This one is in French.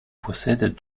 possèdent